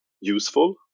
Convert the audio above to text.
useful